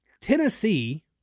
Tennessee